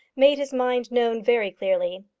made his mind known very clearly.